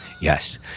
Yes